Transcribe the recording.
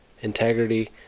integrity